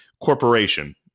corporation